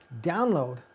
download